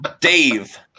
Dave